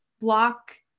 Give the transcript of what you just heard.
block